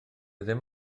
ddim